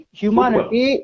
humanity